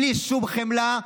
בלי שום חמלה,